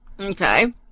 Okay